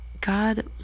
god